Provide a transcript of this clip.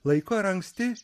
laiku ar anksti